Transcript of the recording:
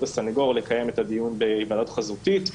הסנגור לקיים את הדיון בהיוועדות חזותית.